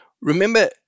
Remember